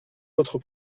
votre